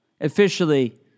Officially